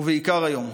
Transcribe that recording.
ובעיקר היום.